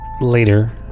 later